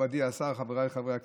מכובדי השר, חבריי חברי הכנסת,